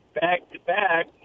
back-to-back